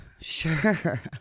sure